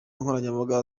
nkoranyambaga